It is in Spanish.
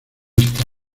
esta